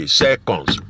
seconds